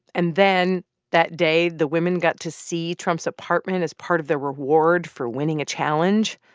and then that day, the women got to see trump's apartment as part of their reward for winning a challenge.